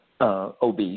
OB